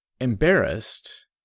embarrassed